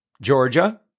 Georgia